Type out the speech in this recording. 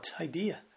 idea